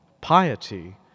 piety